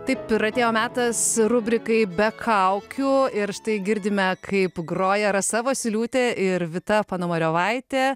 taip ir atėjo metas rubrikai be kaukių ir štai girdime kaip groja rasa vosyliūtė ir vita panomariovaitė